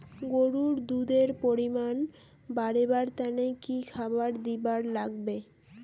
গরুর দুধ এর পরিমাণ বারেবার তানে কি খাবার দিবার লাগবে?